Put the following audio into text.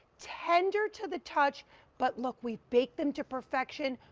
tender to the touch but, look, we baked them to perfection.